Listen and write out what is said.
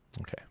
Okay